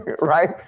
right